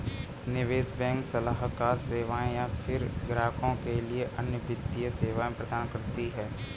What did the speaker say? निवेश बैंक सलाहकार सेवाएँ या फ़िर ग्राहकों के लिए अन्य वित्तीय सेवाएँ प्रदान करती है